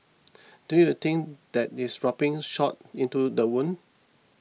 don't you think that is rubbing salt into the wound